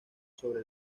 sobre